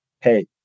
hey